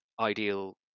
ideal